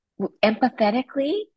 empathetically